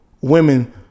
Women